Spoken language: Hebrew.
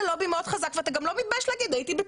לובי מאוד חזק ואתה גם לא מתבייש להגיד,